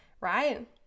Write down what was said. Right